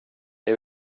det